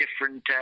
different